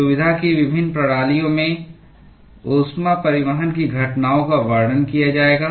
सुविधा की विभिन्न प्रणालियों में ऊष्मा परिवहन की घटनाओं का वर्णन किया जाएगा